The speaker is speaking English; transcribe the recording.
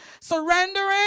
Surrendering